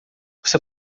você